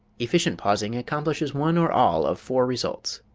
efficient pausing accomplishes one or all of four results